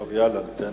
טוב, ניתן